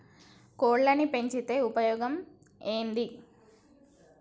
కోళ్లని పెంచితే ఉపయోగం ఏంది?